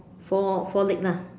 four four leg lah